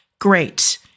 Great